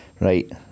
Right